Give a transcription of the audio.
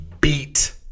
beat